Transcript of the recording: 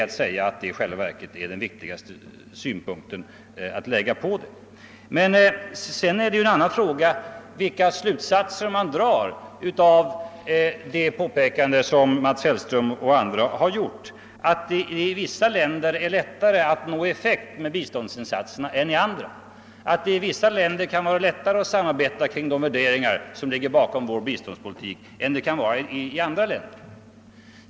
En annan fråga är, vilka slutsatser man sedan drar av det påpekande som Mats Hellström och andra har gjort, att i vissa länder det är lättare att nå effekt med biståndsinsatserna än i andra länder, att det i vissa länder är lättare att samarbeta kring de värderingar som ligger bakom biståndspolitiken än det kan vara i andra.